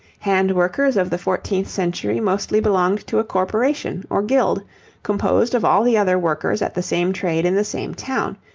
hand-workers of the fourteenth century mostly belonged to a corporation or guild composed of all the other workers at the same trade in the same town,